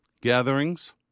gatherings